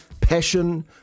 passion